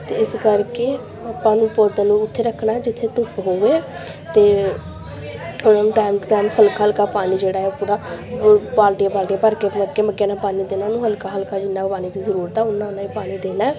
ਅਤੇ ਇਸ ਕਰਕੇ ਆਪਾਂ ਨੂੰ ਪੌਦਿਆਂ ਨੂੰ ਉੱਥੇ ਰੱਖਣਾ ਜਿੱਥੇ ਧੁੱਪ ਹੋਵੇ ਅਤੇ ਉਹਨਾਂ ਨੂੰ ਟਾਈਮ ਟੂ ਟਾਈਮ ਹਲਕਾ ਹਲਕਾ ਪਾਣੀ ਜਿਹੜਾ ਏ ਉਹ ਪੂਰਾ ਬਾਲਟੀਆਂ ਬਾਲਟੀਆਂ ਭਰ ਕੇ ਮੱਗੇ ਮੱਗਿਆ ਨਾਲ ਪਾਣੀ ਦੇਣਾ ਉਹਨਾਂ ਨੂੰ ਹਲਕਾ ਹਲਕਾ ਜਿੰਨਾ ਕੁ ਪਾਣੀ ਦੀ ਜ਼ਰੂਰਤ ਆ ਉੱਨਾਂ ਉੱਨਾਂ ਹੀ ਪਾਣੀ ਦੇਣਾ